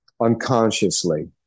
unconsciously